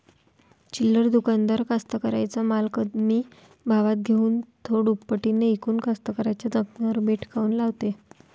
चिल्लर दुकानदार कास्तकाराइच्या माल कमी भावात घेऊन थो दुपटीनं इकून कास्तकाराइच्या जखमेवर मीठ काऊन लावते?